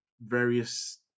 various